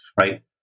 right